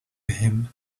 him